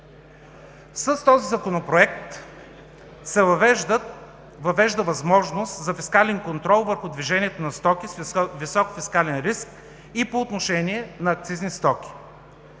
С този Законопроект се въвежда възможност за фискален контрол върху движението на стоки с висок фискален риск и по отношение на акцизни стоки.